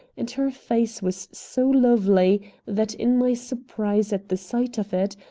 and her face was so lovely that in my surprise at the sight of it,